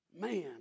Man